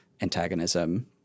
antagonism